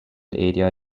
area